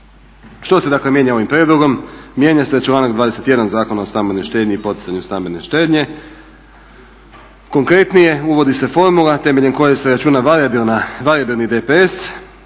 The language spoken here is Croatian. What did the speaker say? Što se mijenja ovim prijedlogom? Mijenja se članak 21. Zakona o stambenoj štednji i poticanju stambene štednje, konkretnije, uvodi se formula temeljem koje se računa varijabilni depres ili